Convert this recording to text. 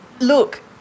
look